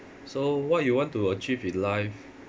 so what you want to achieve in life